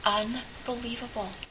unbelievable